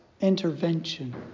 intervention